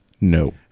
No